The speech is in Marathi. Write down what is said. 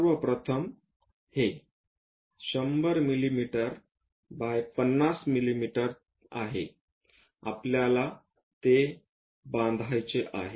सर्व प्रथम हे 100 मिमी बाय 50 मिमी आहे आपल्याला ते बांधायचे आहे